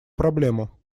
проблему